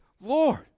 Lord